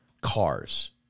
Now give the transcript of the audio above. cars